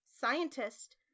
scientist